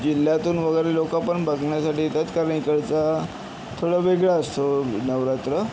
जिल्ह्यातून वगैरे लोकं पण बघण्यासाठी येतात कारण इकडचा थोडा वेगळा असतो नवरात्र